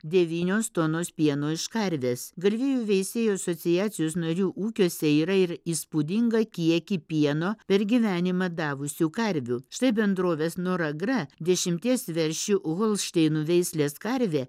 devynios tonos pieno iš karvės galvijų veisėjų asociacijos narių ūkiuose yra ir įspūdingą kiekį pieno per gyvenimą davusių karvių štai bendrovės noragra dešimties veršių holšteino veislės karvė